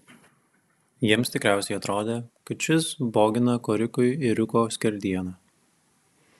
jiems tikriausiai atrodė kad šis bogina korikui ėriuko skerdieną